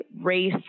race